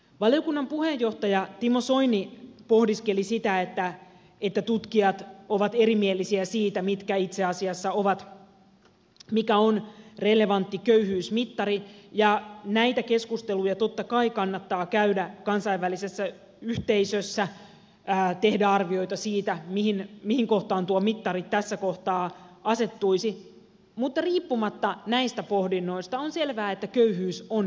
valiokunnan puheenjohtaja timo soini pohdiskeli sitä että tutkijat ovat erimielisiä siitä mikä itse asiassa on relevantti köyhyysmittari ja näitä keskusteluja totta kai kannattaa käydä kansainvälisessä yhteisössä tehdä arvioita siitä mihin kohtaan tuo mittari tässä kohtaa asettuisi mutta riippumatta näistä pohdinnoista on selvää että köyhyys on vähentynyt